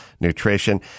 nutrition